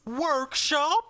Workshop